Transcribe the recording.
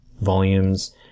volumes